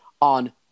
On